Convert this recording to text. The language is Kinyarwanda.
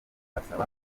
asaba